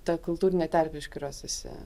ta kultūrinė terpė iš kurios esi